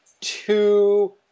two